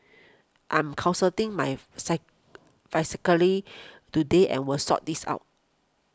I'm consulting my today and will sort this out